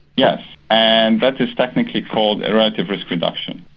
yes and that is technically called a rate of risk reduction.